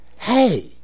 hey